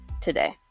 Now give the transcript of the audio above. today